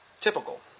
typical